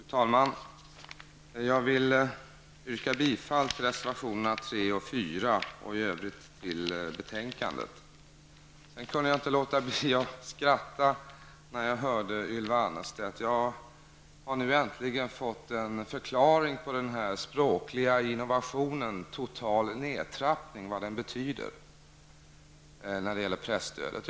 Fru talman! Jag yrkar bifall till reservationerna 3 Jag måste säga att jag inte kunde låta bli att skratta när jag hörde Ylva Annerstedt. Äntligen har jag fått en förklaring till den språkliga innovationen ''totalt nedtrappning'' och till vad den betyder när det gäller presstödet.